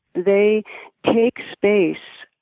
they take space,